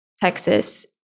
Texas